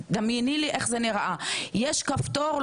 הוא לוחץ עליו והוא אומר יש פיקדונות והכל באנגלית